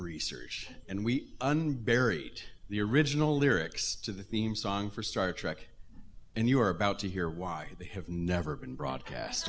research and we unburying the original lyrics to the theme song for star trek and you're about to hear why they have never been broadcast